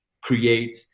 create